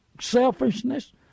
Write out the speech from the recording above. selfishness